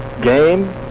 game